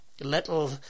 Little